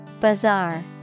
Bazaar